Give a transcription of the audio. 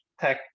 tech